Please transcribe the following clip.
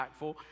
impactful